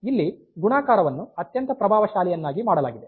ಇಲ್ಲಿ ಗುಣಾಕಾರವನ್ನು ಅತ್ಯಂತ ಪ್ರಭಾವಶಾಲಿಯನ್ನಾಗಿ ಮಾಡಲಾಗಿದೆ